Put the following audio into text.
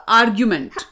argument